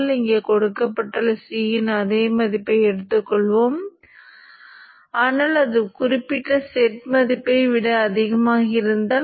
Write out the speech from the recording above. எனவே இது Vin Np ஐ அதிகரிக்கிறது மற்றும் இது Vin Lm ஐ அதிகரிக்கிறது